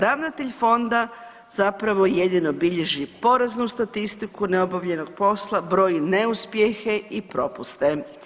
Ravnatelj fonda zapravo jedino bilježi poraznu statistiku neobavljenog posla, broji neuspjehe i propuste.